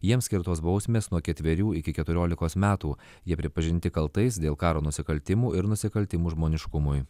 jiems skirtos bausmės nuo ketverių iki keturiolikos metų jie pripažinti kaltais dėl karo nusikaltimų ir nusikaltimų žmoniškumui